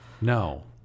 No